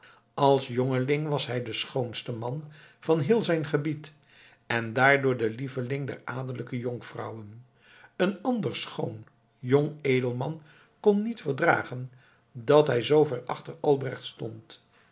als jongeling was hij de schoonste man van heel zijn gebied en daardoor de lieveling der adellijke jonkvrouwen een ander schoon jong edelman kon niet verdragen dat hij zoover achter albrecht stond